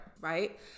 right